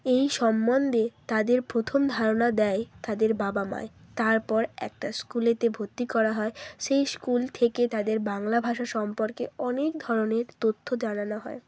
এই সম্বন্ধে তাদের প্রথম ধারণা দেয় তাদের বাবা মাই তারপর একটা স্কুলেতে ভর্তি করা হয় সেই স্কুল থেকে তাদের বাংলা ভাষা সম্পর্কে অনেক ধরনের তথ্য জানানো হয়